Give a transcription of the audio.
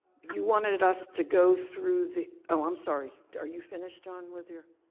you wanted us to go through the. oh, i'm sorry. are you finished on, with your.